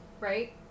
right